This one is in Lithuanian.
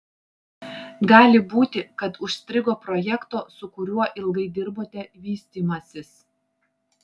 gali būti kad užstrigo projekto su kuriuo ilgai dirbote vystymasis